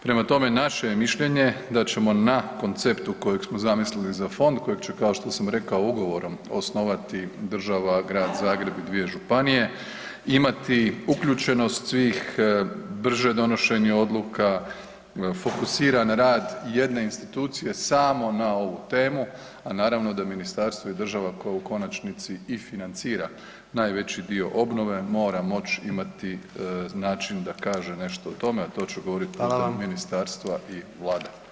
Prema tome, naše je mišljenje da ćemo na konceptu kojeg smo zamislili za fond, kojeg će kao što sam rekao ugovorom osnovati država, Grad Zagreb i dvije županije, imati uključenost svih, brže donošenje odluka, fokusiran rad jedne institucije samo na ovu temu, a naravno da ministarstvo i država koja u konačnici i financira najveći dio obnove mora moć imati način da kaže nešto o tome, a to ću govoriti putem ministarstva [[Upadica: Hvala]] i vlade.